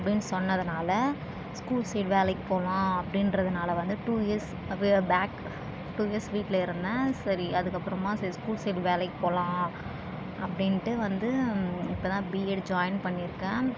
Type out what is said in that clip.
அப்படின்னு சொன்னதனால school side வேலைக்கு போகலாம் அப்படின்றதுனால வந்து டூ இயர்ஸ் அப்படியே பேக் டூ இயர்ஸ் வீட்டில் இருந்தேன் சரி அதுக்கு அப்புறமா சரி ஸ்கூல் சைடு வேலைக்கு போகலாம் அப்படின்ட்டு வந்து இப்போ தான் பிஎட்டு ஜாயின் பண்ணியிருக்கேன்